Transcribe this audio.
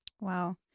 wow